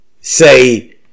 say